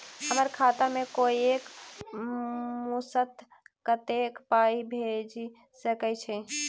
हम्मर खाता मे कोइ एक मुस्त कत्तेक पाई भेजि सकय छई?